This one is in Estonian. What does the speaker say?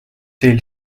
teil